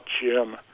Jim